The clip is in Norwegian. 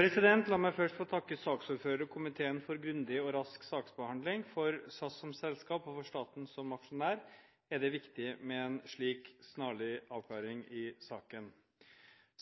La meg først få takke saksordføreren og komiteen for grundig og rask saksbehandling. For SAS som selskap og for staten som aksjonær er det viktig med en slik snarlig avklaring i saken.